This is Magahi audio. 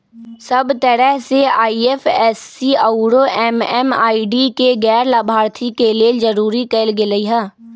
सब तरह से आई.एफ.एस.सी आउरो एम.एम.आई.डी के गैर लाभार्थी के लेल जरूरी कएल गेलई ह